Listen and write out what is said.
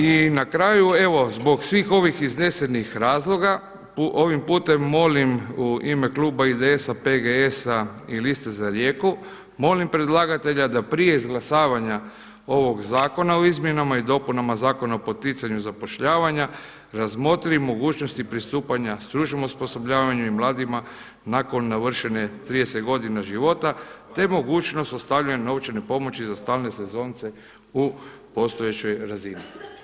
I na kraju evo zbog svih ovih iznesenih razloga ovim putem molim u ime Kluba IDS-a PGS-a i Liste za Rijeku molim predlagatelja da prije izglasavanja ovoga Zakona o izmjenama i dopunama Zakona o poticanju zapošljavanja razmotri mogućnosti pristupanja stručnom osposobljavanju i mladima nakon navršenih 30 godina života te mogućnost ostavljanja novčane pomoći za stalne sezonce u postojećoj razini.